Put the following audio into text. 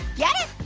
get it?